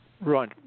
Right